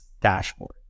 dashboard